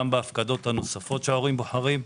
גם בהפקדות הנוספים שההורים בוחרים.